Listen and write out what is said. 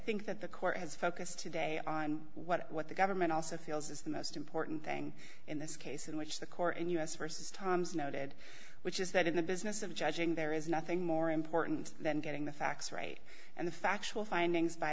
think that the court has focused today on what the government also feels is the most important thing in this case in which the court in u s versus tom's noted which is that in the business of judging there is nothing more important than getting the facts right and the factual findings by